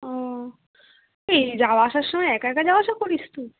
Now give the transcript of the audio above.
ও এই যাওয়া আসার সময় একা একা যাওয়া আসা করিস তুই